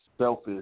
selfish